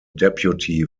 deputy